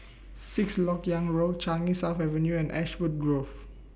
Sixth Lok Yang Road Changi South Avenue and Ashwood Grove